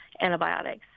antibiotics